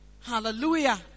Hallelujah